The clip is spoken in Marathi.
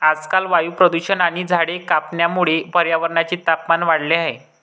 आजकाल वायू प्रदूषण आणि झाडे कापण्यामुळे पर्यावरणाचे तापमान वाढले आहे